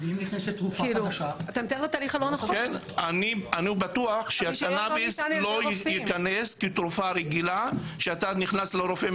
אני בטוח שהקנביס לא ייכנס כתרופה רגילה שאתה נכנס לרופא,